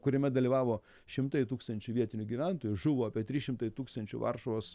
kuriame dalyvavo šimtai tūkstančių vietinių gyventojų žuvo apie trys šimtai tūkstančių varšuvos